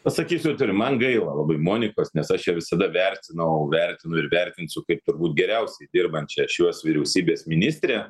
pasakysiu atvirai man gaila labai monikos nes aš ją visada vertinau vertinu ir vertinsiu kaip turbūt geriausiai dirbančia šiuos vyriausybės ministrė